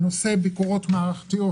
בנושא ביקורות מערכתיות,